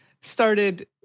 started